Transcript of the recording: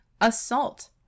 assault